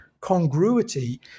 congruity